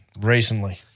recently